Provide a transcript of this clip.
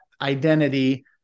identity